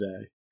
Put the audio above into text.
today